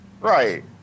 Right